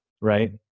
right